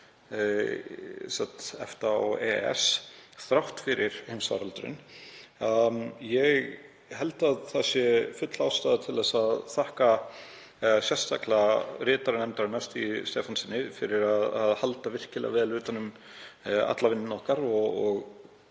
EFTA og EES þrátt fyrir heimsfaraldur. Ég held að það sé full ástæða til að þakka sérstaklega ritara nefndarinnar, Stíg Stefánssyni, fyrir að halda virkilega vel utan um alla vinnu okkar